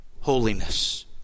Holiness